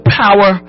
power